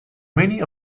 many